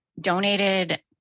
donated